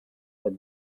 had